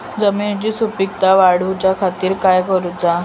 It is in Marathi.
जमिनीची सुपीकता वाढवच्या खातीर काय करूचा?